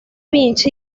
vinci